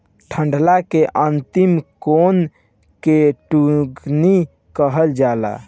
डंठल के अंतिम कोना के टुनगी कहल जाला